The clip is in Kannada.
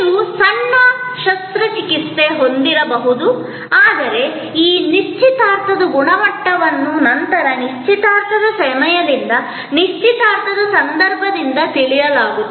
ನೀವು ಸಣ್ಣ ಶಸ್ತ್ರಚಿಕಿತ್ಸೆ ಹೊಂದಿರಬಹುದು ಆದರೆ ಈ ನಿಶ್ಚಿತಾರ್ಥದ ಗುಣಮಟ್ಟವನ್ನು ನಂತರ ನಿಶ್ಚಿತಾರ್ಥದ ಸಮಯದಿಂದ ನಿಶ್ಚಿತಾರ್ಥದ ಸಂದರ್ಭದಿಂದ ತಿಳಿಯಲಾಗುತ್ತದೆ